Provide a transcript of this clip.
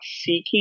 seeking